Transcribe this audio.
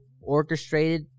orchestrated